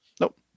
Nope